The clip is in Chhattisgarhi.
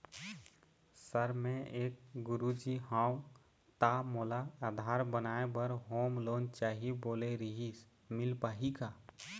सर मे एक गुरुजी हंव ता मोला आधार बनाए बर होम लोन चाही बोले रीहिस मील पाही का?